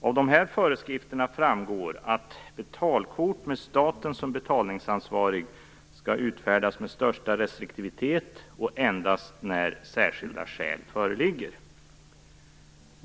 Av de här föreskrifterna framgår att betalkort med staten som betalningsansvarig skall utfärdas med största restriktivitet och endast när särskilda skäl föreligger.